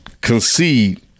concede